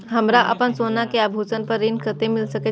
हमरा अपन सोना के आभूषण पर ऋण कते मिल सके छे?